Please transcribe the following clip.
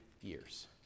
years